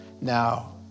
now